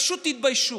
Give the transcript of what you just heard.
פשוט תתביישו.